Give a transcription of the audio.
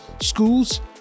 schools